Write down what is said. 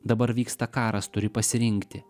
dabar vyksta karas turi pasirinkti